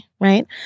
right